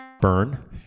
Burn